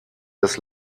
des